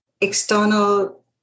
external